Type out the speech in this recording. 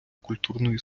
культурної